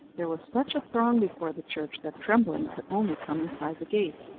there was such a throng before the church that trembling could only come inside the gate.